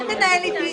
הילד באוטו.